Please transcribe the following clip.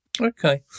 Okay